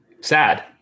sad